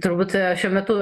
turbūt šiuo metu